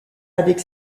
avec